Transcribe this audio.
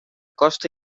costa